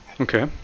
Okay